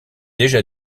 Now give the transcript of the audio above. déjà